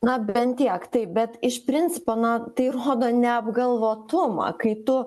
na bent tiek taip bet iš principo na tai rodo neapgalvotumą kai tu